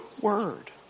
word